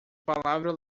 palavra